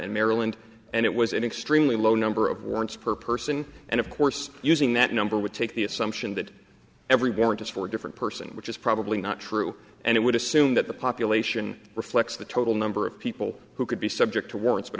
and maryland and it was an extremely low number of warrants per person and of course using that number would take the assumption that everyone just four different person which is probably not true and it would assume that the population reflects the total number of people who could be subject to words but